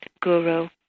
guru